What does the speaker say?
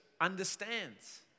understands